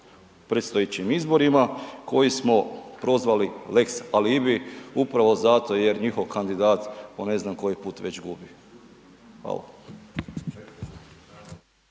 predstojećim izborima koji smo prozvali lex alibi upravo zato jer njihov kandidat po ne znam koji put već gubi. Hvala.